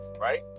right